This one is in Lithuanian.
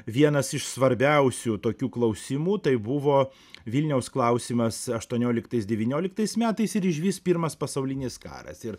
vienas iš svarbiausių tokių klausimų tai buvo vilniaus klausimas aštuonioliktais devynioliktais metais ir išvis pirmas pasaulinis karas ir